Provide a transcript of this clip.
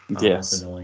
Yes